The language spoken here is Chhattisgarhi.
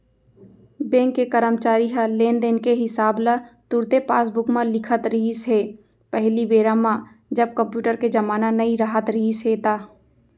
बेंक के करमचारी ह लेन देन के हिसाब ल तुरते पासबूक म लिखत रिहिस हे पहिली बेरा म जब कम्प्यूटर के जमाना नइ राहत रिहिस हे ता